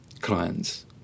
clients